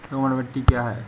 दोमट मिट्टी क्या है?